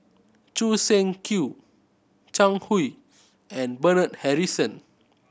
Choo Seng Quee Zhang Hui and Bernard Harrison